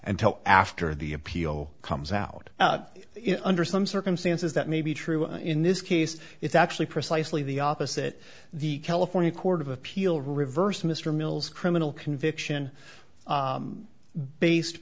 until after the appeal comes out under some circumstances that may be true in this case it's actually precisely the opposite the california court of appeal reversed mr mills criminal conviction based